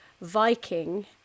Viking